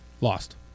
lost